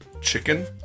chicken